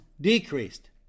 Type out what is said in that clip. decreased